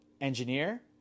engineer